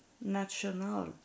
national